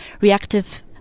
reactive